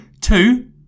Two